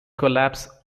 collapse